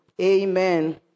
Amen